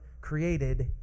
created